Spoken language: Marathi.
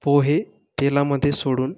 पोहे तेलामध्ये सोडून